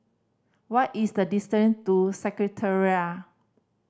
what is the distance to Secretariat